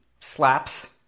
slaps